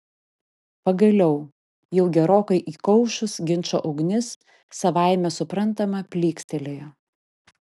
pagaliau jau gerokai įkaušus ginčo ugnis savaime suprantama plykstelėjo